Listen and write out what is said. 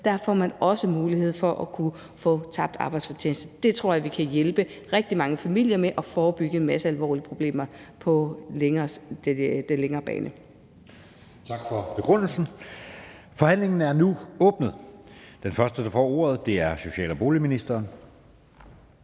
også får mulighed for at få bevilget tabt arbejdsfortjeneste. Det tror jeg vil kunne hjælpe rigtig mange familier med at forebygge en masse alvorlige problemer på den længere bane. Kl. 12:43 Anden næstformand (Jeppe Søe): Tak for begrundelsen. Forhandlingen er nu åbnet, og den første, der får ordet, er social- og boligministeren.